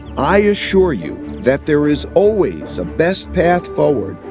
i assure you that there is always a best path forward,